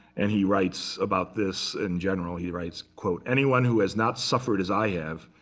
and he writes about this in general. he writes, quote, anyone who has not suffered as i have,